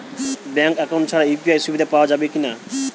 Bank account ছাড়া UPI সুবিধা পাওয়া যাবে কি না?